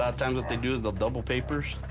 ah times what they do is they'll double papers